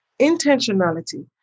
intentionality